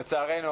לצערנו,